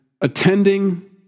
attending